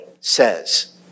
says